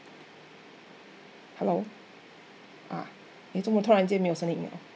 hello uh